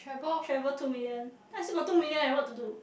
travel two million then I still got two million leh what to do